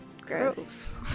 Gross